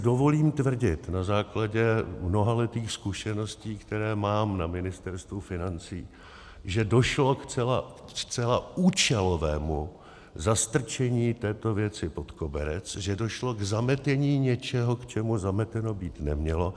Dovolím si tvrdit na základě mnohaletých zkušeností, které mám na Ministerstvu financí, že došlo ke zcela účelovému zastrčení této věci pod koberec, že došlo k zametení něčeho, k čemu zameteno být nemělo.